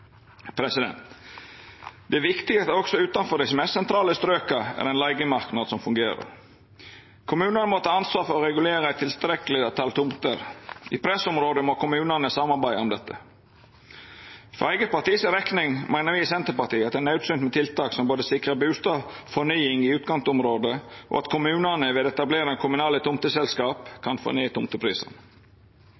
Det er viktig at det også utanfor dei mest sentrale strøka er ein leigemarknad som fungerer. Kommunane må ta ansvar for å regulera eit tilstrekkeleg tal tomter. I pressområde må kommunane samarbeida om dette. Me i Senterpartiet meiner at det er naudsynt med tiltak som både sikrar bustadfornying i utkantområde, og at kommunane ved å etablera kommunale tomteselskap